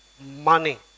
money